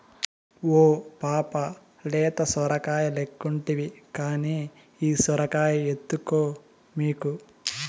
ఓ పాపా లేత సొరకాయలెక్కుంటివి కానీ ఈ సొరకాయ ఎత్తుకో మీకు